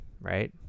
right